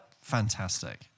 fantastic